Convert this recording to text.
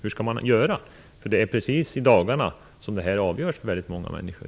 Hur skall man göra? Precis i dagarna blir det här avgörande för väldigt många människor.